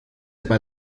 bei